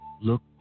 Look